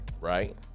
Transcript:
Right